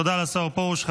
תודה לשר פרוש.